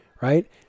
right